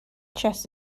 chess